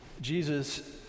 Jesus